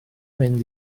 mynd